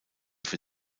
für